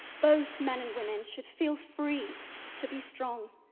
both men and women should feel free to be strong.